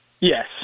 Yes